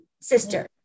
sister